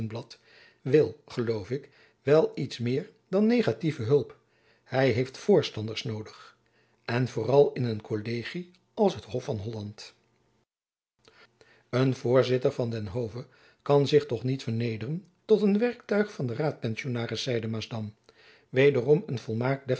wil geloof ik wel iets meer dan negatieve hulp hy heeft voorstanders noodig en vooral in een kollegie als het hof van holland een voorzitter van den hove kan zich toch niet vernederen tot een werktuig van den raadpensionaris zeide maasdam wederom een volmaakt